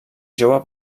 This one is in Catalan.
jove